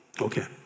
Okay